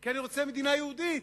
כי אני רוצה מדינה יהודית.